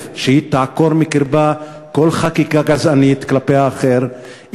שהיא תעקור מקרבה כל חקיקה גזענית כלפי האחר,